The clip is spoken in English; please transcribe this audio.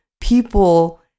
people